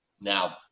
now